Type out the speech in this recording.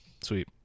sweet